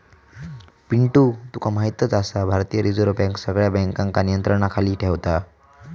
पिंटू तुका म्हायतच आसा, भारतीय रिझर्व बँक सगळ्या बँकांका नियंत्रणाखाली ठेवता